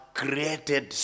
created